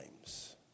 times